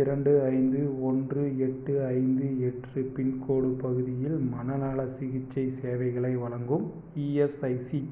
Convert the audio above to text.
இரண்டு ஐந்து ஓன்று எட்டு ஐந்து எட்டு பின்கோட் பகுதியில் மனநலச் சிகிச்சை சேவைகளை வழங்கும் இஎஸ்ஐசி